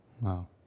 Wow